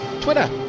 twitter